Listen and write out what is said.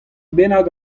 bennak